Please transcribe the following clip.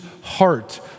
heart